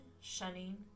shunning